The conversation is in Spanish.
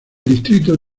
distrito